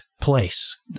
place